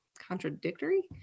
contradictory